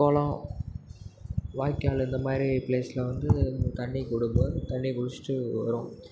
குளம் வாய்க்கால் இந்த மாதிரி ப்ளேஸில் வந்து தண்ணிக்கு விடும்போது தண்ணி குடிச்சுட்டு வரும்